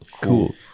Cool